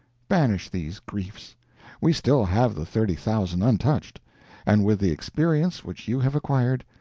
banish these griefs we still have the thirty thousand untouched and with the experience which you have acquired,